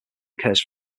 occurs